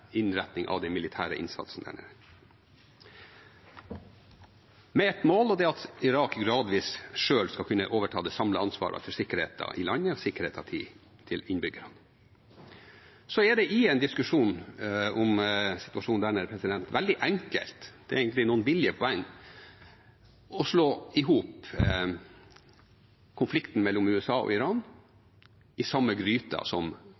av den militære innsatsen der nede – med ett mål, og det er at Irak selv gradvis skal kunne overta det samlede ansvaret for landets og innbyggernes sikkerhet. I en diskusjon om situasjonen der nede er det veldig enkelt – det er egentlig billige poeng – å putte konflikten mellom USA og Iran opp i den samme gryten som